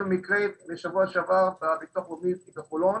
היה מקרה בשבוע שעבר בביטוח הלאומי בחולון